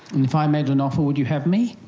and if i made an offer, would you have me?